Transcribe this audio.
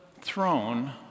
throne